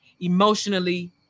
emotionally